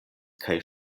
kaj